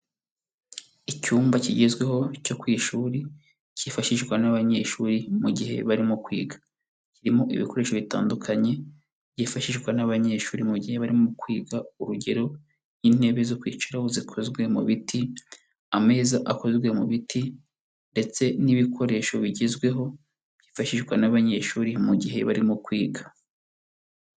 Icyumba kigezweho cyo ku ishuri, cyifashishwa n'abanyeshuri mu gihe barimo kwiga. Kirimo ibikoresho bitandukanye, byifashishwa n'abanyeshuri mu gihe barimo kwiga, urugero: nk'intebe zo kwicaraho zikozwe mu biti, ameza akozwe mu biti, ndetse n'ibikoresho bigezweho byifashishwa n'abanyeshuri mu gihe barimo kwiga.